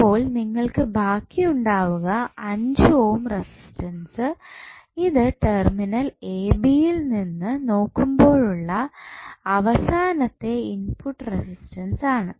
അപ്പോൾ നിങ്ങൾക്ക് ബാക്കി ഉണ്ടാവുക 5 ഓം റെസിസ്റ്റൻസ് ഇത് ടെർമിനൽ എ ബി യിൽ നിന്ന് നോക്കുമ്പോഴുള്ള അവസാനത്തെ ഇൻപുട്ട് റെസിസ്റ്റൻസ് ആണ്